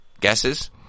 guesses